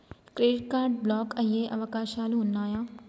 Credit card block అయ్యే అవకాశాలు ఉన్నయా?